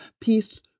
peace